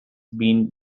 been